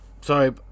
sorry